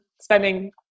spending